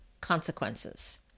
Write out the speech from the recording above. Consequences